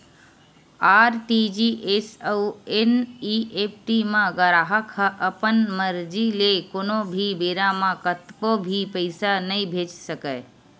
RTGS अउ NEFT म गराहक ह अपन मरजी ले कोनो भी बेरा म कतको भी पइसा नइ भेज सकय